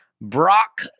Brock